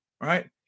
right